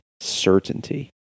certainty